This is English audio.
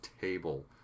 table